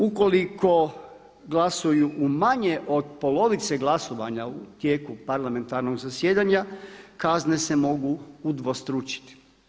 Ukoliko glasuju u manje od polovice glasovanja u tijeku parlamentarnog zasjedanja, kazne se mogu udvostručiti.